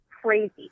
crazy